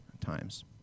times